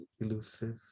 elusive